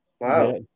Wow